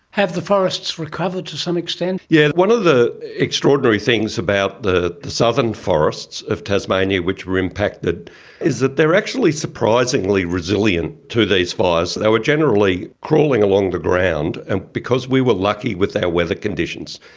have the forests recovered to some extent? yes, yeah one of the extraordinary things about the the southern forests of tasmania which were impacted is that they are actually surprisingly resilient to these fires. they were generally crawling along the ground, and because we were lucky with our weather conditions,